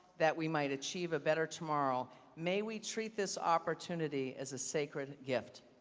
that we might achieve a better tomorrow, may we treat this opportunity as a sacred gift.